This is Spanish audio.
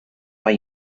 hay